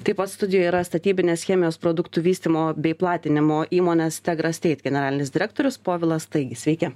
taip pat studijoje yra statybinės chemijos produktų vystymo bei platinimo įmonės tegrasteit generalinis direktorius povilas taigis sveiki